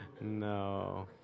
No